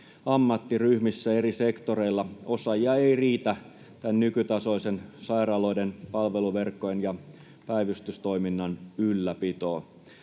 ammattiryhmissä eri sektoreilla osaajia ei riitä nykytasoisen sairaaloiden palveluverkon ja päivystystoiminnan ylläpitoon.